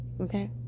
okay